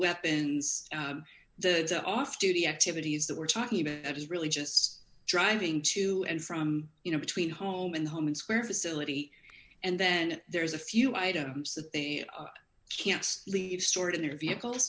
weapons the off duty activities that we're talking about that is really just driving to and from you know between home and home and square facility and then there's a few items that they can leave stored in their vehicle